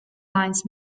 lines